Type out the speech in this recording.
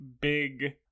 big